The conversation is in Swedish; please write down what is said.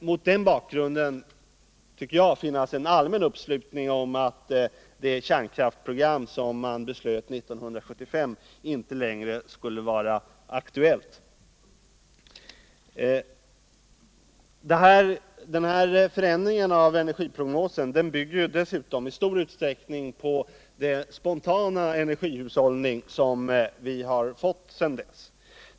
Mot denna bakgrund borde man, enligt min mening, kunna enas om att det kärnkraftsprogram som beslutades 1975 inte längre är aktuellt. Förändringen av energiprognosen bygger dessutom i stor utsträckning på den spontana energihushållning som vi har fått efter 1975.